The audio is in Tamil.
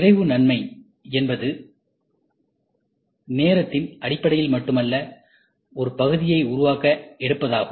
விரைவு நன்மை என்பது நேரத்தின் அடிப்படையில் மட்டுமல்ல ஒரு பகுதியை உருவாக்க எடுப்பதாகும்